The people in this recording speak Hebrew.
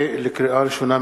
לקריאה ראשונה,